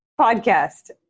...podcast